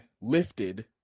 lifted